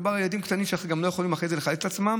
מדובר בילדים קטנים שלא יכולים לחלץ את עצמם.